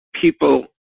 people